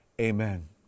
Amen